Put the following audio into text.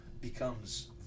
becomes